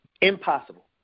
Impossible